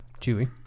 Chewy